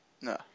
No